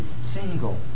single